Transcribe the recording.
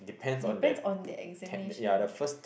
depends on the examination